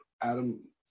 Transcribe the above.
Adam